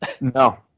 No